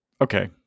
okay